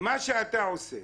מה שאתה עושה